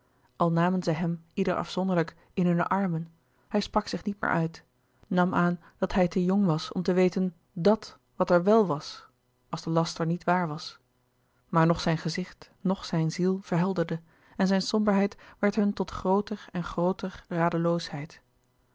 namen zij hem ieder afzonderlijk in hunne armen hij sprak zich niet meer uit nam aan dat hij te jong was om te weten d àt wat e r w e l wa s als de laster niet waar was maar noch zijn louis couperus de boeken der kleine zielen gezicht noch zijn ziel verhelderde en zijne somberheid werd hun tot grooter en grooter